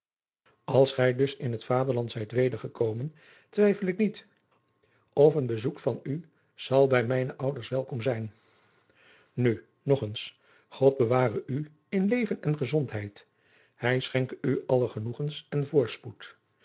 als gij dus in het vaderland zijt weder gekomen twijfel ik niet of een bezoek van u zal bij mijne ouders welkom zijn nu nog adriaan loosjes pzn het leven van maurits lijnslager eens god beware u in leven en gezondheid hij schenke u alle genoegens en voorspoed